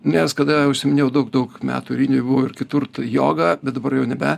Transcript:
nes kada užsiminėjau daug daug metų ir indijoj buvau ir kitur tai joga bet dabar jau nebe